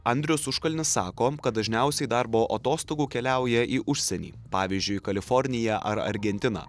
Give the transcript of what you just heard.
andrius užkalnis sako kad dažniausiai darbo atostogų keliauja į užsienį pavyzdžiui į kaliforniją ar argentiną